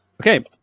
Okay